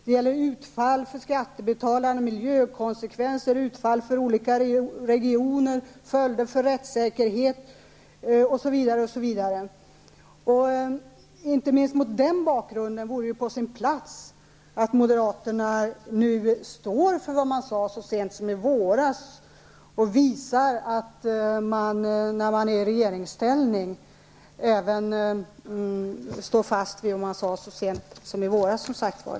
Det gäller utfall för skattebetalarna, miljökonsekvenser, utfall för olika regioner, följder för rättssäkerheten, osv. Inte minst mot den bakgrunden vore det på sin plats att moderaterna när de nu är i regeringsställning står fast vid vad de sade så sent som i våras.